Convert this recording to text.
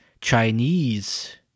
Chinese